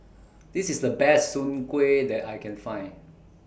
This IS The Best Soon Kuih that I Can Find